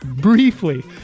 briefly